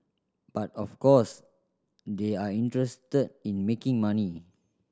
but of course they are interested in making money